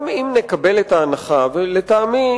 גם אם נקבל את ההנחה, שלטעמי